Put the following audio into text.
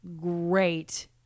great